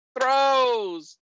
throws